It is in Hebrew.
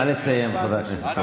בכל מקרה, נא לסיים, חבר הכנסת רול.